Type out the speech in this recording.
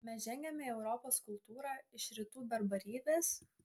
mes žengiame į europos kultūrą iš rytų barbarybės